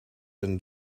and